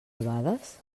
albades